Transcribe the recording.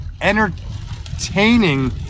entertaining